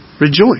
Rejoice